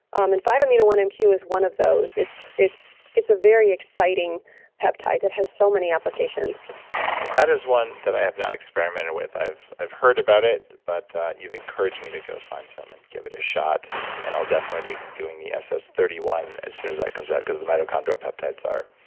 um and five amino one mq is one of those. it's it's a very exciting peptide that has so many applications that is one that i have not experimented with. i've i've heard about it, but you've encouraged me to go find some and give it a shot and i'll definitely be doing the ss thirty one as soon as that comes out because the mitochondrial peptides are